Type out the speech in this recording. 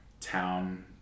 town